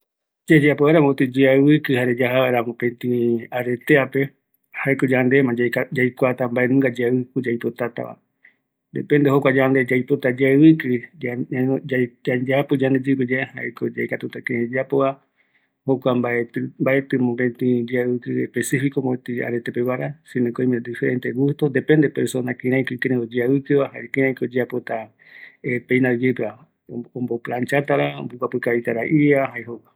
Yayeavɨkiɨ vaera yaja vaera areteape, yandeko yaikuata kïraïko yaipota yayesava, öime jeta kɨrai yayeapo vaera, yande yaikuata yayeavɨkɨ